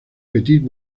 petit